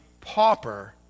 pauper